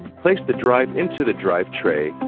place the drive into the drive tray,